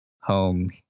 home